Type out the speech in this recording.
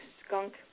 skunk